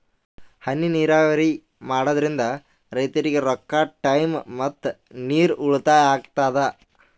ಹನಿ ನೀರಾವರಿ ಮಾಡಾದ್ರಿಂದ್ ರೈತರಿಗ್ ರೊಕ್ಕಾ ಟೈಮ್ ಮತ್ತ ನೀರ್ ಉಳ್ತಾಯಾ ಆಗ್ತದಾ